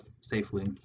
safely